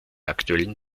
aktuellen